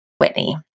Whitney